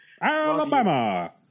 Alabama